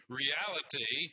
reality